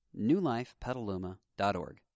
newlifepetaluma.org